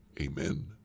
Amen